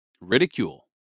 Ridicule